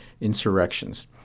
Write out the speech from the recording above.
insurrections